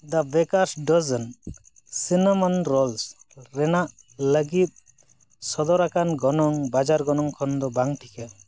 ᱫᱟ bakers dozen cinnamon rolls ᱨᱮᱱᱟᱜ ᱞᱟᱹᱜᱤᱫ ᱥᱚᱫᱚᱨᱟᱠᱟᱱ ᱜᱚᱱᱚᱝ ᱵᱟᱡᱟᱨ ᱜᱚᱱᱚᱝ ᱠᱷᱚᱱ ᱫᱚ ᱵᱟᱝ ᱴᱷᱤᱠᱟ